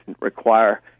require